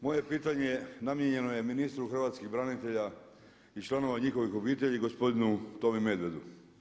Moje pitanje namijenjeno je ministru hrvatskih branitelja i članova njihovih obitelji gospodinu Tomi Medvedu.